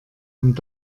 und